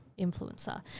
influencer